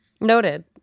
Noted